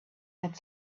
had